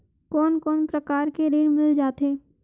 कोन कोन प्रकार के ऋण मिल जाथे?